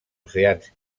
oceans